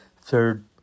Third